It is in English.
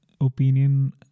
opinion